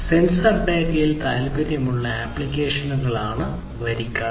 sensor ഡാറ്റയിൽ താൽപ്പര്യമുള്ള ആപ്ലിക്കേഷനുകളാണ് വരിക്കാർ